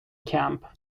camp